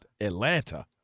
Atlanta